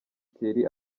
thierry